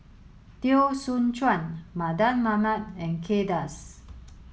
Teo Soon Chuan Mardan Mamat and Kay Das